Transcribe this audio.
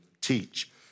teach